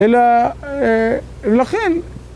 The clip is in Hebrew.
אלא... לכן!